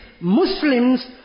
Muslims